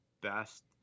best